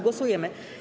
Głosujemy.